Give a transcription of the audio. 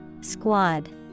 Squad